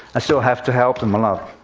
i still have to help them a lot.